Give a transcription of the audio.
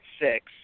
six